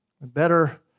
Better